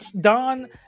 Don